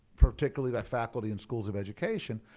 particularly by faculty in schools of education.